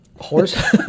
horse